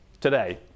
today